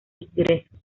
ingresos